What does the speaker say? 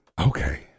Okay